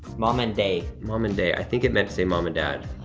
mom and day. mom and day, i think it meant to say mom and dad.